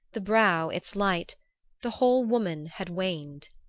the brow its light the whole woman had waned.